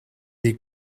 est